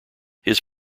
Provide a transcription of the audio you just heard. his